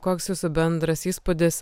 koks jūsų bendras įspūdis